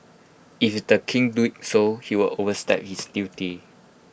if the king do so he would overstep his duty